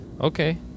Okay